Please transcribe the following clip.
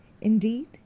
Indeed